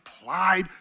applied